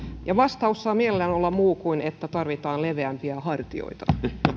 ja vastaus saa mielellään olla muu kuin että tarvitaan leveämpiä hartioita